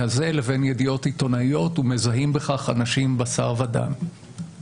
הזה לבין ידיעות עיתונאיות ומזהים בכך אנשים בשר ודם.